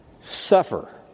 suffer